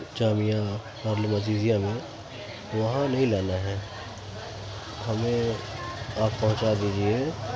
جامعہ اور لذیذیہ میں وہاں نہیں لانا ہے ہمیں آپ پہنچا دیجیے